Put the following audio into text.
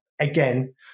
again